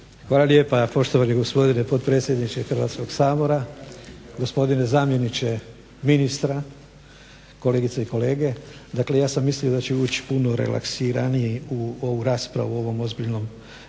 Hvala lijepa poštovani gospodine potpredsjedniče Hrvatskog sabora. Gospodine zamjeniče ministra, kolegice i kolege. Dakle ja sam mislio da ću ući puno relaksiraniji u ovu raspravu o ovom ozbiljnom